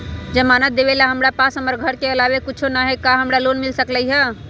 जमानत देवेला हमरा पास हमर घर के अलावा कुछो न ही का हमरा लोन मिल सकई ह?